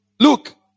look